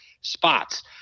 spots